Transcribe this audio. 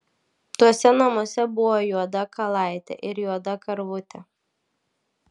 tuose namuose buvo juoda kalaitė ir juoda karvutė